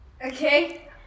Okay